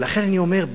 ולכן אני אומר,